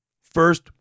first